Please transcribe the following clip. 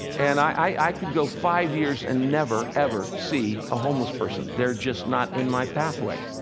and i could go five years and never, ever see a homeless person. they're just not in my pathway.